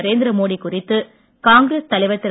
நரேந்திர மோடி குறித்து காங்கிரஸ் தலைவர் திரு